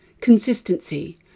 consistency